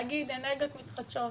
להגיד 'אנרגיות מתחדשות'.